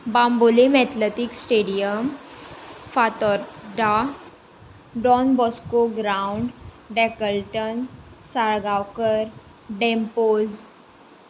Bambolim athletic stadium Fatorda Don Bosco ground डॅकल्टन साळगांवकर डँपोज